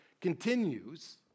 Continues